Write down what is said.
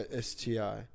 STI